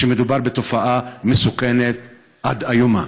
שמדובר בתופעה מסוכנת עד איומה.